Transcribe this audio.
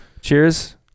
Cheers